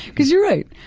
because you're right.